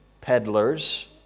peddlers